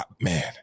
man